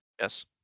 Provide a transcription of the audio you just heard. Yes